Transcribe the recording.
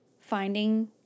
finding